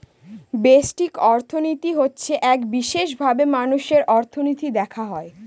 ব্যষ্টিক অর্থনীতি হচ্ছে এক বিশেষভাবে মানুষের অর্থনীতি দেখা হয়